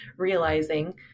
realizing